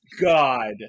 God